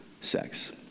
sex